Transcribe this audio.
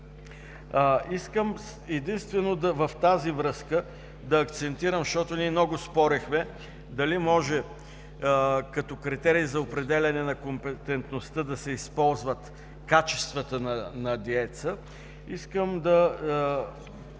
искам единствено да акцентирам, защото много спорихме, дали може като критерий за определяне на компетентността да се използват качествата на дееца. Искам да